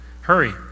Hurry